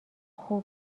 خوب